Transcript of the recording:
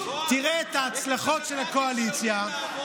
תראה את ההצלחות של הקואליציה,